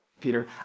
Peter